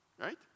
Right